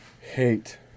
hate